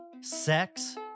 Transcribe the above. sex